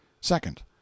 Second